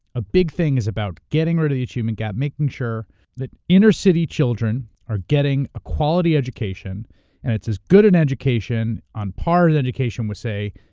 a big thing is about getting rid of the achievement gap, making sure that inner-city children are getting a quality education and it's as good an education on par as an education with, say,